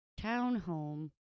townhome